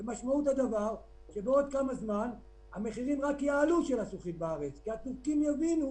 משמעות הדבר היא שבעוד כמה זמן מחירי הזכוכית בארץ רק יעלו